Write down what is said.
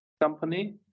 company